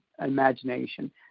imagination